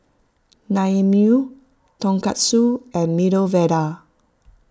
Naengmyeon Tonkatsu and Medu Vada